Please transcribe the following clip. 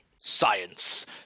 Science